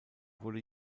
wurde